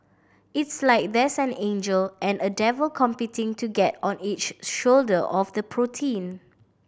it's like there's an angel and a devil competing to get on each shoulder of the protein